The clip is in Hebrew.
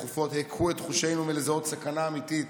התכופות הקהו את חושינו מלזהות סכנה אמיתית,